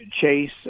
chase